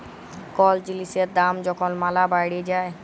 call জিলিসের দাম যখল ম্যালা বাইড়ে যায়